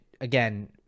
Again